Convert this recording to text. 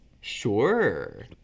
Sure